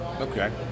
Okay